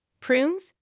prunes